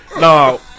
No